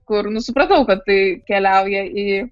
kur nu supratau kad tai keliauja į